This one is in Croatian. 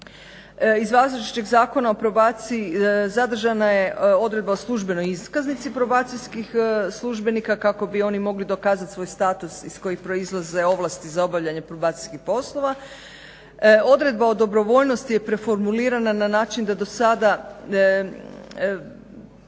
Iz važećeg Zakona o probaciji zadržana je odredba o službenoj iskaznici probacijskih službenika kako bi oni mogli dokazati svoj status iz kojeg proizlaze ovlasti za obavljanje probacijskih poslova. Odredba o dobrovoljnosti je preformulirana na način da do sada